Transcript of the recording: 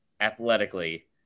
athletically